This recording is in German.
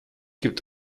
gibt